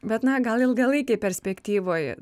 bet na gal ilgalaikėj perspektyvoj